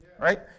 Right